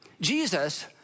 jesus